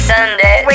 Sunday